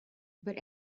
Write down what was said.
but